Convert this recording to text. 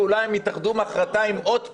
ואולי הם יתאחדו מחרתיים עוד פעם,